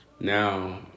Now